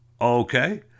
okay